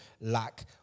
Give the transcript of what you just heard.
lack